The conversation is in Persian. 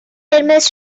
قرمز